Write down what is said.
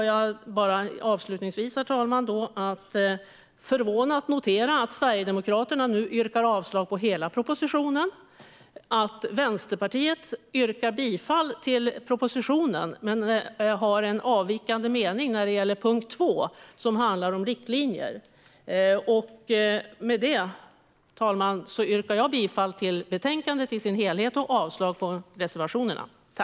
Jag noterar förvånat att Sverigedemokraterna nu yrkar avslag på hela propositionen och att Vänsterpartiet yrkar bifall till propositionen men har en avvikande mening när det gäller punkt 2 som handlar om riktlinjer. Herr talman! Jag yrkar bifall till förslaget i betänkandet och avslag på reservationerna.